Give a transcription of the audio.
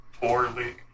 poorly